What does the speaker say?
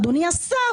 "אדוני השר",